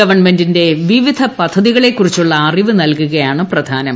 ഗവൺമെന്റിന്റെ വിവിധ പദ്ധതികളെക്കുറിച്ചുള്ള അറിവ് നൽകുകയാണ് പ്രധാനം